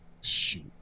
shoot